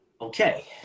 okay